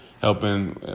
helping